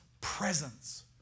presence